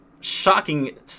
Shocking